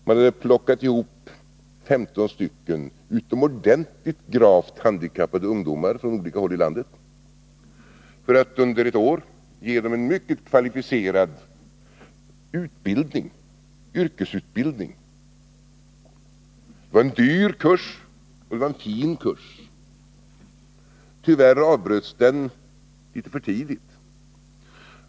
Man hade plockat ihop femton utomordentligt gravt handikappade ungdomar från olika håll i landet för att under ett år ge dem en mycket kvalificerad yrkesutbildning. Det var en dyr och fin kurs. Tyvärr avbröts den litet för tidigt.